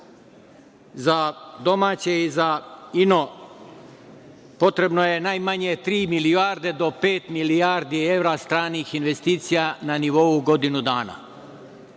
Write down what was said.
za domaće i za ino, potrebno je najmanje tri milijarde do pet milijardi evra stranih investicija na nivou godinu dana.